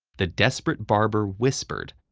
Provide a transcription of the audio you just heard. the desperate barber whispered,